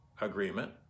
agreement